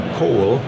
coal